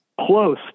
close